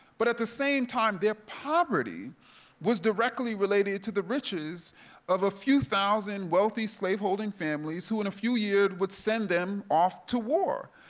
but at the same time, their poverty was directly related to the riches of a few thousand wealthy slave holding families who, in a few years, would send them off to war.